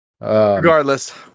Regardless